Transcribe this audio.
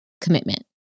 commitment